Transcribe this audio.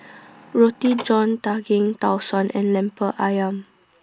Roti John Daging Tau Suan and Lemper Ayam